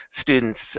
students